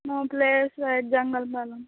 మా ప్లేస్ అదే జంగల్ పాలెం